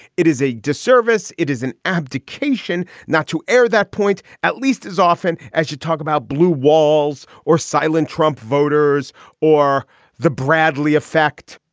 it is a disservice it is an abdication not to air that point at least as often as you talk about blue walls or silent trump voters or the bradley effect.